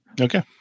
Okay